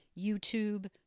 YouTube